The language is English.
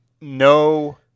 no